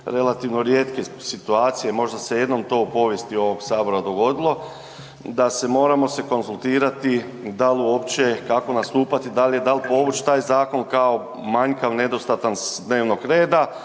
relativno rijetke situacije, možda se jednom to u povijesti ovog Sabora dogodilo, da se moramo se konzultirati da li uopće, kako nastupati, da li povući taj zakon kao manjkav, nedostatan s dnevnog reda,